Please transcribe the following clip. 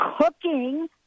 cooking